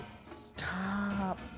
Stop